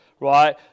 Right